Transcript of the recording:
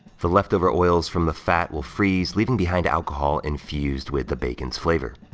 the leftover oils from the fat will freeze, leaving behind alcohol, infus ed with the bacon's flavor.